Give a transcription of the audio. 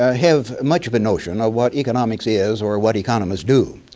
ah have much of a notion of what economics is or what economists do.